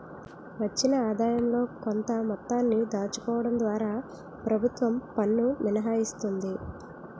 వచ్చిన ఆదాయంలో కొంత మొత్తాన్ని దాచుకోవడం ద్వారా ప్రభుత్వం పన్ను మినహాయిస్తుంది